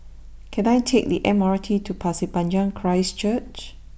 can I take the M R T to Pasir Panjang Christ Church